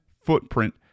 footprint